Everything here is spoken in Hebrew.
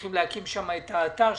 צריכים להקים שם את האתר,